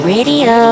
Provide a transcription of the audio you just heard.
Radio